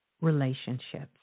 relationships